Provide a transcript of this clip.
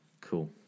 Cool